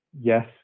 yes